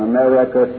America